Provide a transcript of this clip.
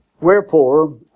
Wherefore